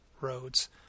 roads